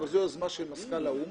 אבל זו יוזמה של מזכ"ל האו"ם